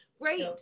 great